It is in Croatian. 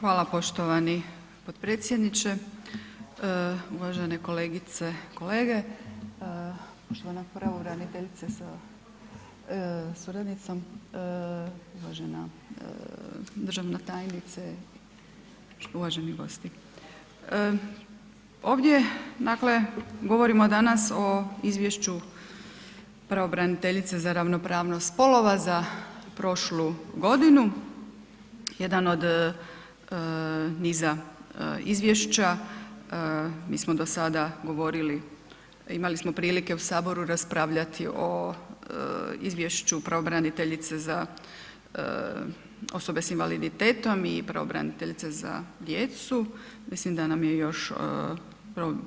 Hvala poštovani potpredsjedniče, uvažene kolegice, kolege, poštovana pravobraniteljice sa suradnicom, uvažena državna tajnice, uvaženi gosti, ovdje dakle govorimo danas o izvješću pravobraniteljice za ravnopravnost spolova za prošlu godinu, jedan od niza izvješća, mi smo do sada govorili, imali smo prilike u HS raspravljati o izvješću pravobraniteljice za osobe s invaliditetom i pravobraniteljice za djecu, mislim da nam je još